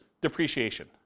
depreciation